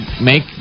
make